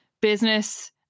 business